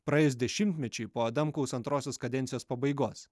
praėjus dešimtmečiui po adamkaus antrosios kadencijos pabaigos